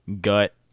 gut